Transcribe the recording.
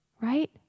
Right